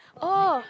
oh